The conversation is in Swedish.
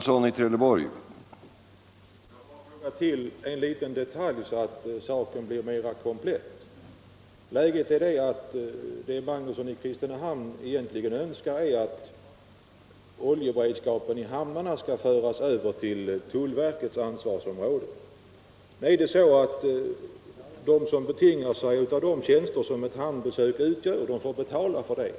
Herr talman! Jag vill tillfoga en detalj så att saken blir mera komplett. Vad herr Magnusson i Kristinehamn egentligen önskar är att oljeberedskapen i hamnarna skall föras över till tullverkets ansvarsområde. De som utnyttjar de tjänster ett hamnbesök medför får betala för detta.